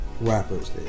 rappers